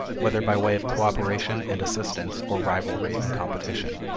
whether by way of cooperation and assistance or rivalry and competition.